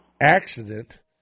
accident